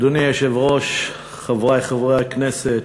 אדוני היושב-ראש, חברי חברי הכנסת,